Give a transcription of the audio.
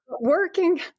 Working